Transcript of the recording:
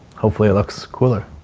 hopefully it looks cooler